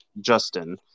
Justin